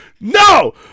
no